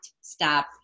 stop